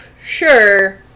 sure